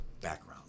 background